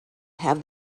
have